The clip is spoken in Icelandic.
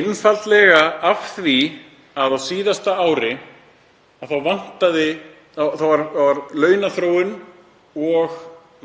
einfaldlega af því að á síðasta ári var launaþróun og